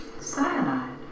Cyanide